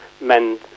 men